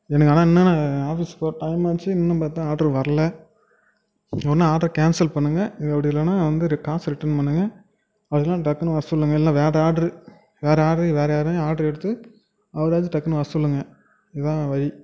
எனக்கு ஆனால் இன்னும் நான் ஆஃபீஸ் போகிற டைம் வந்துச்சு இன்னும் பார்த்தா ஆர்ட்ரு வரல ஒன்று ஆர்டரை கேன்சல் பண்ணுங்க இல்லை அப்படி இல்லைன்னா வந்து காசை ரிட்டர்ன் பண்ணுங்க அப்படி இல்லைன்னா டக்குன்னு வரச்சொல்லுங்க இல்லை வேறு ஆர்ட்ரு வேறு ஆர்ட்ரு வேறு யாரைவாது ஆர்ட்ரு எடுத்து அவராவது டக்குன்னு வரச்சொல்லுங்க இதுதாங்க வழி